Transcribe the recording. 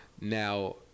Now